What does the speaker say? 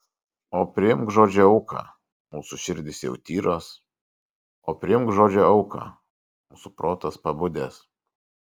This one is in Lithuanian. o priimk žodžio auką mūsų širdys jau tyros o priimk žodžio auką mūsų protas pabudęs